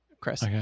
Chris